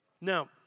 Now